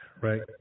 right